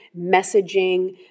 messaging